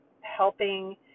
helping